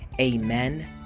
Amen